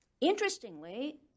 Interestingly